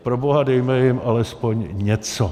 Proboha, dejme jim alespoň něco!